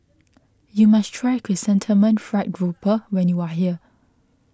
you must try Chrysanthemum Fried Grouper when you are here